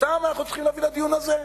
אותם אנחנו צריכים להביא לדיון הזה?